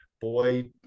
boy